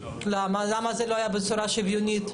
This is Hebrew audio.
למה זה לא היה בצורה שוויונית?